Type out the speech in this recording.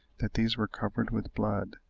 that these were covered with blood,